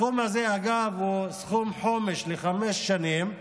אגב, הסכום הזה הוא סכום חומש, לחמש שנים,